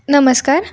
नमस्कार